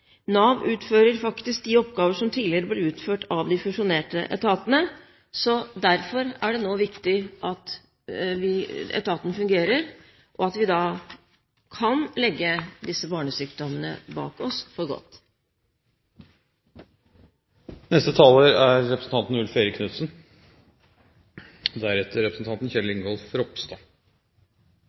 Nav utfører faktisk de oppgaver som tidligere ble utført av de fusjonerte etatene. Derfor er det nå viktig at etaten fungerer, og at vi kan legge disse barnesykdommene bak oss for